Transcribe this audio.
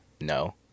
No